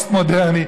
הפוסט-מודרני,